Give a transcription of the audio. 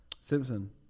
Simpson